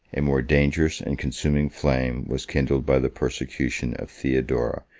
a more dangerous and consuming flame was kindled by the persecution of theodora,